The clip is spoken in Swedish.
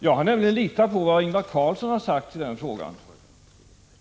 Jag har nämligen litat på vad Ingvar Carlsson sagt i denna fråga.